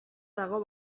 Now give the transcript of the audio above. dago